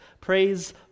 Praise